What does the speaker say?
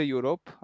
Europe